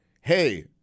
hey